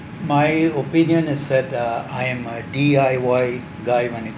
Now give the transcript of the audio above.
my opinion is that uh I am a D_I_Y guy when it